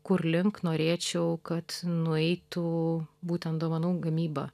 kurlink norėčiau kad nueitų būtent dovanų gamyba